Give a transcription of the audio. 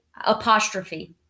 apostrophe